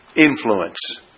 influence